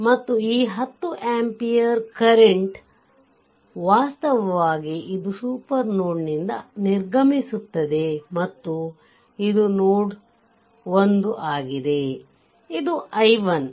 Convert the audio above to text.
ಮತ್ತು ಈ 10 ampere current ವಾಸ್ತವವಾಗಿ ಇದು ಸೂಪರ್ ನೋಡ್ ನಿಂದ ನಿರ್ಗಮಿಸುತ್ತದೆ ಮತ್ತು ಇದು ನೋಡ್ 1 ಆಗಿದೆ ಇದು i1